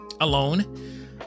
alone